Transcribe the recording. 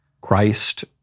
Christ